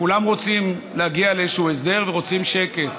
כולם רוצים להגיע לאיזשהו הסדר ורוצים שקט.